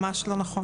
ממש לא נכון.